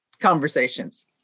conversations